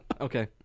Okay